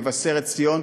במבשרת-ציון,